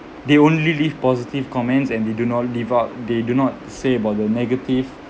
they only leave positive comments and they do not leave out they do not say about the negative